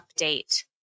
update